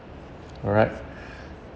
alright